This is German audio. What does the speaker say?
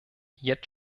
jetzt